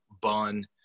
bun